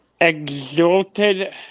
Exalted